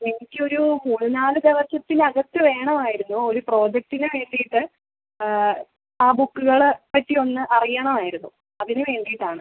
എനിക്കൊരൂ മൂന്ന് നാല് ദിവസത്തിനകത്ത് വേണവായിരുന്നു ഒരു പ്രോജക്റ്റിന് വേണ്ടീട്ട് ആ ബുക്കുകളെ പറ്റി ഒന്ന് അറിയണവായിരുന്നു അതിന് വേണ്ടീട്ടാണ്